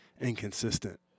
inconsistent